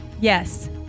Yes